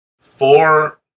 Four